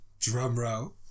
drumroll